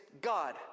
God